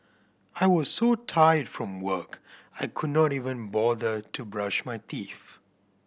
I was so tired from work I could not even bother to brush my teeth